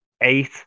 eight